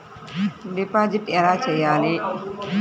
Deposit ఎలా చెయ్యాలి?